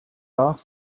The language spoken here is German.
nach